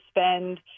spend